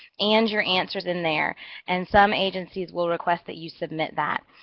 and your answers in there and some agencies will request that you submit that.